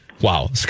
wow